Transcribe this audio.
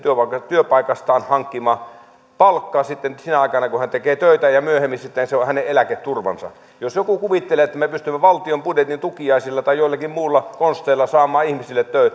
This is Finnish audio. työpaikastaan hankkima palkka sinä aikana kun hän tekee töitä ja myöhemmin sitten se on hänen eläketurvansa jos joku kuvittelee että me pystymme valtion budjetin tukiaisilla tai joillakin muilla konsteilla saamaan